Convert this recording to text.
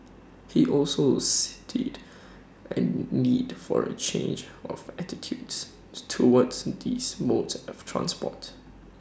he also cited A need for A change of attitudes towards these modes of transport